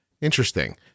Interesting